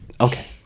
okay